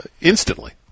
instantly